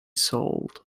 sold